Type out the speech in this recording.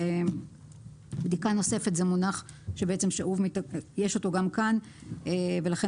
בדיקה נוספת זה מונח שנמצא גם כאן ולכן